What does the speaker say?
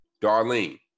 Darlene